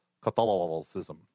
Catholicism